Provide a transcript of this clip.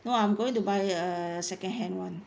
no I'm going to buy a second hand [one]